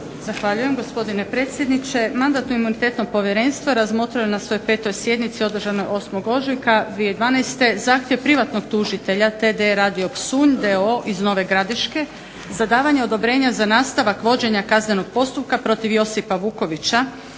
Zahvaljujem gospodine predsjedniče. Mandatno-imunitetno povjerenstvo razmotrilo je na svojoj 5. sjednici održanoj 8. ožujka 2010. zahtjev privatnog tužitelja TD Radio Psunj d.o.o. iz Nove Gradiške za davanje odobrenja za nastavak vođenja kaznenog postupka protiv Josipa Vukovića